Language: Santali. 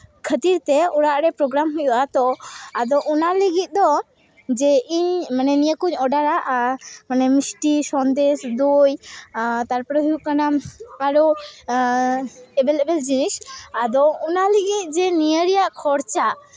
ᱠᱷᱟᱹᱛᱤᱨ ᱛᱮ ᱚᱲᱟᱜ ᱨᱮ ᱯᱨᱳᱜᱨᱟᱢ ᱦᱩᱭᱩᱜᱼᱟ ᱛᱳ ᱟᱫᱚ ᱚᱱᱟ ᱞᱟᱹᱜᱤᱫ ᱫᱚ ᱡᱮ ᱤᱧ ᱢᱟᱱᱮ ᱱᱤᱭᱟᱹ ᱠᱚᱧ ᱚᱰᱟᱨᱟ ᱟᱨ ᱢᱟᱱᱮ ᱢᱤᱥᱴᱤ ᱥᱚᱱᱫᱮᱥ ᱫᱳᱭ ᱛᱟᱨᱯᱚᱨᱮ ᱦᱩᱭᱩᱜ ᱠᱟᱱᱟ ᱟᱨᱚ ᱮᱵᱮᱞ ᱮᱵᱮᱞ ᱡᱤᱱᱤᱥ ᱟᱫᱚ ᱚᱱᱟ ᱞᱟᱹᱜᱤᱫ ᱡᱮ ᱱᱤᱭᱟᱹ ᱨᱮᱭᱟᱜ ᱠᱷᱚᱨᱪᱟ